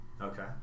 Okay